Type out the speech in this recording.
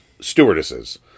stewardesses